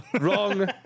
Wrong